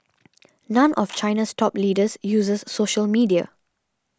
none of China's top leaders uses social media